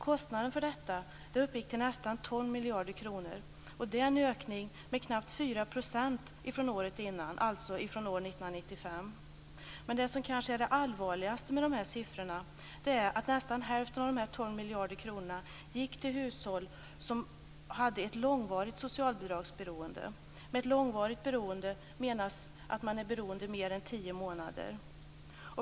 Kostnaden för detta uppgick till nästan 12 miljarder kronor. Det är en ökning med knappt 4 % från året innan, alltså från år 1995. Men det som kanske är det allvarligaste med de här siffrorna är att nästan hälften av de 12 miljarder kronorna gick till hushåll som hade ett långvarigt socialbidragsberoende. Med ett långvarigt beroende menas att man är beroende mer än tio månader.